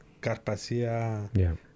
Carpasia